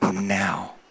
now